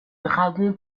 dragon